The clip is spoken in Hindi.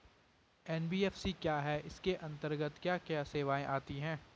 एन.बी.एफ.सी क्या है इसके अंतर्गत क्या क्या सेवाएँ आती हैं?